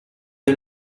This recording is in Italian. dei